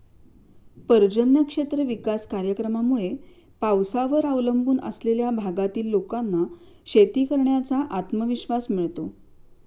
पर्जन्य क्षेत्र विकास कार्यक्रमामुळे पावसावर अवलंबून असलेल्या भागातील लोकांना शेती करण्याचा आत्मविश्वास मिळतो